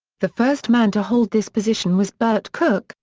the first man to hold this position was bert cooke,